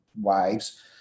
wives